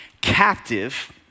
captive